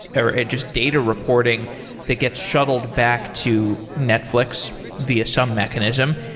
or ah just data reporting that gets shuttled back to netflix via some mechanism.